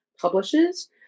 publishes